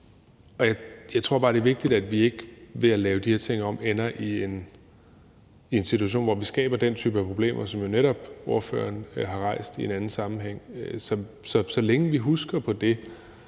i. Jeg tror også bare, det er vigtigt, at vi ved at lave de her ting om ikke ender i en situation, hvor vi skaber den type af problemer, som ordføreren jo netop har rejst i en anden sammenhæng, altså mange af de lidt